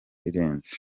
irenze